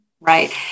Right